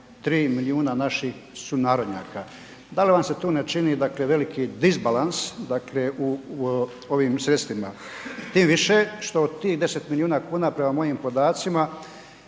3 milijuna naših sunarodnjaka. Da li vam se tu ne čini dakle veliki disbalans dakle u ovim sredstvima? Tim više što tih 10 milijuna kuna prema mojim podacima